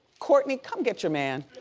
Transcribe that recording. kourtney, come get your man,